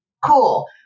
Cool